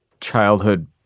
childhood